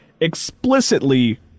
explicitly